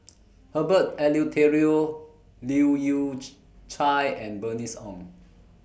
Herbert Eleuterio Leu Yew Chye and Bernice Ong